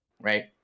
Right